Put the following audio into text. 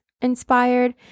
inspired